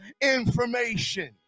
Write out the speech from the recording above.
information